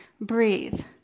breathe